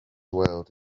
world